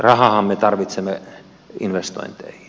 rahaahan me tarvitsemme investointeihin